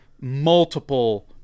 multiple